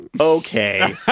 Okay